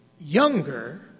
younger